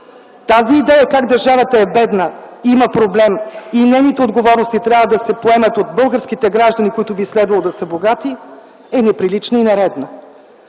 Тази идея как държавата е бедна, има проблем и нейните отговорности трябва да се поемат от българските граждани, които би следвало да са богати, е неприлична и нередна.